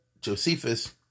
Josephus